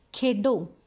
ਖੇਡੋ